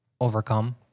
overcome